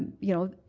you know,